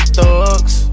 thugs